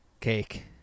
Cake